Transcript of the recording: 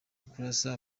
kurasa